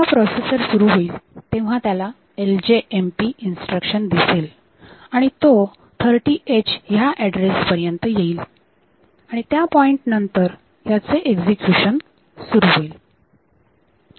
जेव्हा प्रोसेसर सुरू होईल तेव्हा त्याला LJMP इन्स्ट्रक्शन दिसेल आणि तो 30h ह्या ऍड्रेस पर्यंत येईल आणि त्या पॉईंट नंतर याचे एक्झिक्युशन सुरू होईल